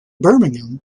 birmingham